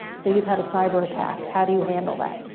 so you've had a cyber attack, how do you handle that?